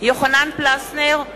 יוחנן פלסנר,